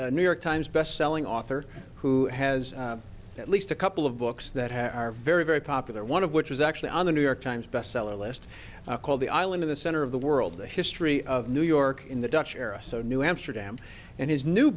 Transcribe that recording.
a new york times best selling author who has at least a couple of books that have are very very popular one of which is actually on the new york times bestseller list called the island in the center of the world the history of new york in the dutch era so new amsterdam and his new